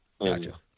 Gotcha